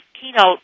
keynote